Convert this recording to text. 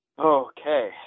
Okay